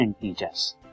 integers